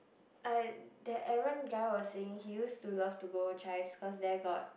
I~ that Aaron guy was saying he used to love to go Chives cause there got